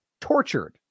tortured